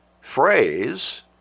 phrase